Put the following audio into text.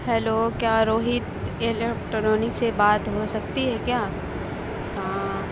hello کیا Rohit electronic سے بات ہو سکتی ہے کیا ہاں